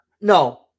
no